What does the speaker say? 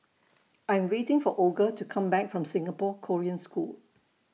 I'm waiting For Olga to Come Back from Singapore Korean School